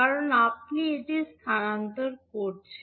কারণ আপনি এটি স্থানান্তর করছেন